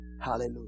Hallelujah